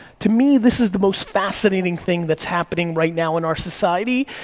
to me, this is the most fascinating thing that's happening right now in our society,